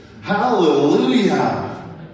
Hallelujah